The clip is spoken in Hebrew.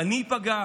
אני איפגע,